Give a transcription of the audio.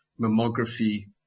mammography